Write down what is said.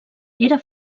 era